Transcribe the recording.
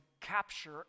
capture